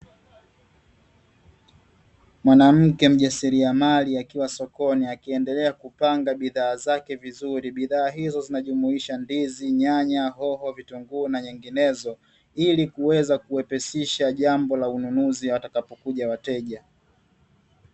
Mwanamke mjasiriamali akiwa sokoni, akiendelea kupanga bidhaa zake vizuri. Bidhaa hizo zinajumuisha: ndizi, nyanya, hoho, vitunguu na nyinginezo, ili kuweza kuwepesisha jambo la ununuzi watakapokuja wateja.